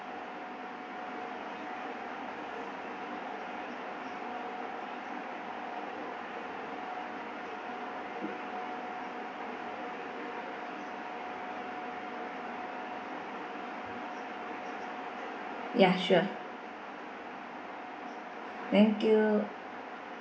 ya sure thank you